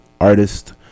artist